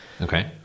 Okay